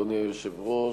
אדוני היושב-ראש,